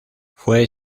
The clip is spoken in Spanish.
fue